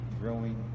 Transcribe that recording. growing